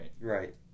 Right